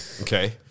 Okay